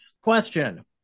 question